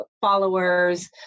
followers